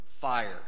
fire